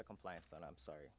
the compliance that i'm sorry